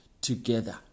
together